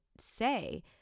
say